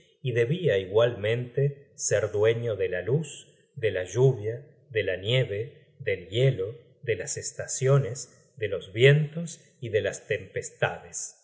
y debia igualmente ser dueño de la luz de la lluvia de la nieve del hielo de las estaciones de los vientos y de las tempestades